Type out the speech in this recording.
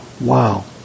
Wow